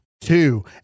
Two